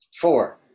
four